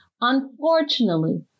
Unfortunately